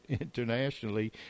internationally